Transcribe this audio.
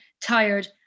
tired